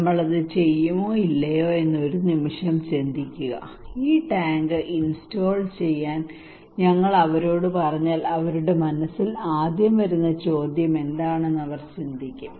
നമ്മൾ അത് ചെയ്യുമോ ഇല്ലയോ എന്ന് ഒരു നിമിഷം ചിന്തിക്കുക ഈ ടാങ്ക് ഇൻസ്റ്റാൾ ചെയ്യാൻ ഞങ്ങൾ അവരോട് പറഞ്ഞാൽ അവരുടെ മനസ്സിൽ ആദ്യം വരുന്ന ചോദ്യം എന്താണ് എന്ന് അവർ ചിന്തിക്കും